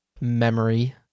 memory